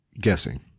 guessing